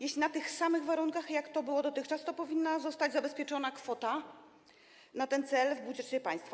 Jeśli na tych samych warunkach, jak to było dotychczas, to powinna zostać zabezpieczona kwota na ten cel w budżecie państwa.